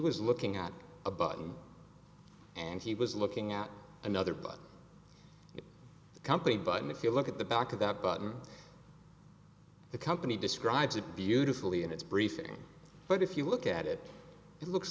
was looking at a button and he was looking at another bus company but if you look at the back of that button the company describes it beautifully in its briefing but if you look at it it looks